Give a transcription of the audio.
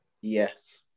Yes